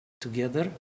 together